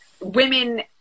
women